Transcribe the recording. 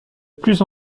plus